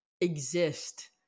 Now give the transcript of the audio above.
exist